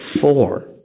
four